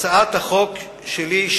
הצעת החוק שלי,